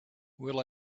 will